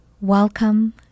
Welcome